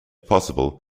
possible